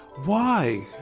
why?